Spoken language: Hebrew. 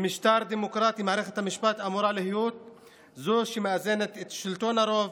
במשטר דמוקרטי מערכת המשפט אמורה להיות זו שמאזנת את שלטון הרוב